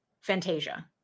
Fantasia